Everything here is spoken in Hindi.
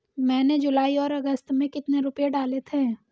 मैंने जुलाई और अगस्त में कितने रुपये डाले थे?